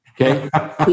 okay